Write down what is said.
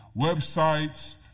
websites